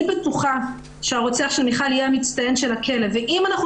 אני בטוחה שהרוצח של מיכל יהיה המצטיין של הכלא ואם אנחנו